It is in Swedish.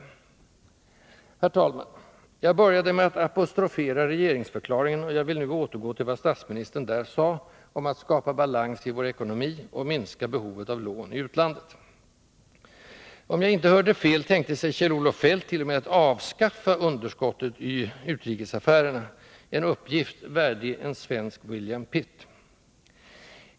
Herr talman! Jag började med att apostrofera regeringsförklaringen, och jag vill nu återgå till vad statsministern där sade om att ”skapa balans i vår ekonomi och minska behovet av lån i utlandet”. Om jag inte hörde fel tänkte sig Kjell-Olof Feldt t.o.m. att avskaffa underskottet i utrikesaffärerna — en uppgift värdig en svensk William Pitt.